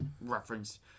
reference